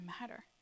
matter